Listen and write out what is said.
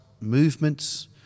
movements